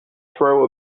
throw